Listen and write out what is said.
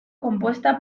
compuesta